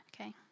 Okay